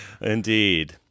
Indeed